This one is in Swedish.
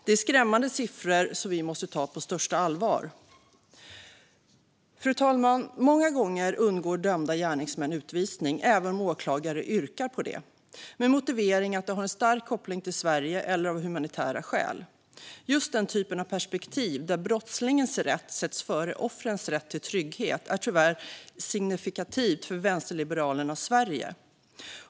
Det är skrämmande siffror som vi måste ta på största allvar. Fru talman! Många gånger undgår dömda gärningsmän utvisning, även om åklagare yrkar på det, med motivering att de har en stark koppling till Sverige eller av humanitära skäl. Just den typen av perspektiv, där brottslingens rätt sätts före offrens rätt till trygghet, är tyvärr signifikativt för vänsterliberalernas Sverige.